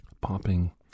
popping